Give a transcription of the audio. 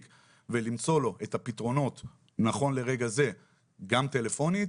ולמצוא לו את הפתרונות נכון לרגע זה גם טלפונית